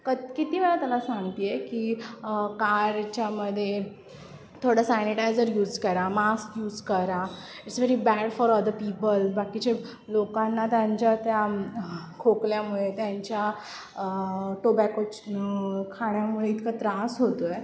किती वेळा त्याला सांगते आहे की कारच्यामध्ये थोडं सॅनिटायझर यूज करा मास्क यूज करा it's very bad for other people बाकीचे लोकांना त्यांच्या त्या खोकल्यामुळे त्यांच्या टोबॅकोच खाण्यामुळे इतका त्रास होतो आहे